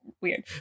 weird